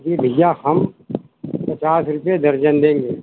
जी भैया हम पचास रुपये दर्जन देंगे